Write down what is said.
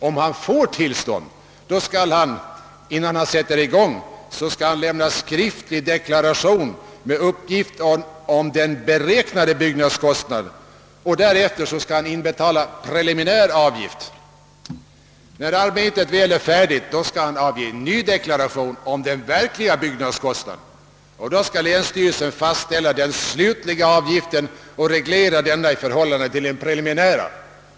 Om han får tillstånd skall han, innan han sätter i gång, lämna en skriftlig deklaration till länsstyrelsen med uppgift om den beräknade byggnadskostnaden. Därefter skall han omgående inbetala preliminär avgift. När arbetet väl är färdigt skall han omgående avge ny deklaration om den verkliga byggnadskostnaden, och länsstyrelsen skall då fastställa den slutgiltiga avgiften och reglera den i förhållande till den preliminära.